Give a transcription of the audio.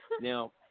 now